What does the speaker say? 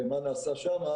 אני אפרט מה נעשה שם.